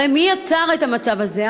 הרי מי יצר את המצב הזה?